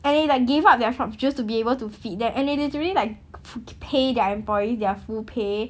and they like gave up their shops just to be able to feed them and they literally like pay their employee their full pay